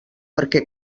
perquè